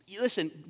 Listen